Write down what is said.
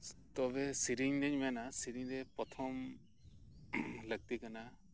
ᱛᱚᱵᱮ ᱥᱮᱨᱮᱧ ᱫᱚᱧ ᱢᱮᱱᱟ ᱥᱮᱨᱮᱧ ᱨᱮ ᱯᱨᱚᱛᱷᱚᱢ ᱞᱟᱹᱠᱛᱤ ᱠᱟᱱᱟ